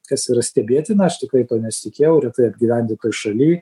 kas yra stebėtina aš tikrai to nesitikėjau retai apgyvendintoj šaly